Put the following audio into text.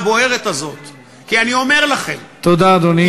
מהרגע הזה הם לא יודעים להעריך או לכבד את מעמדם במדינת ישראל?